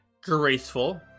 graceful